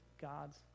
God's